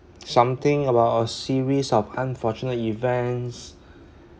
something about a series of unfortunate events